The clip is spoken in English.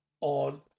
on